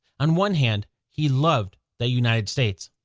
on one hand, he loved the united states.